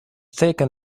taken